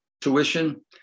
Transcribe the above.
tuition